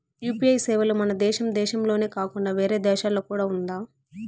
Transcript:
UPI సేవలు మన దేశం దేశంలోనే కాకుండా వేరే దేశాల్లో కూడా ఉందా?